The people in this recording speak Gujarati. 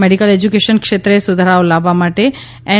મેડિકલ એશ્યુકેશન ક્ષેત્રે સુધારાઓ લાવવા માટે એન